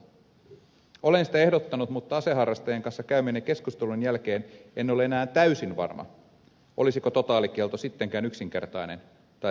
olen sitä ehdottanut mutta aseharrastajien kanssa käymieni keskustelujen jälkeen en ole enää täysin varma olisiko totaalikielto sittenkään yksinkertainen tai tehokas ratkaisu